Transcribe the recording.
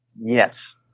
Yes